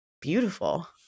beautiful